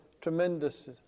tremendous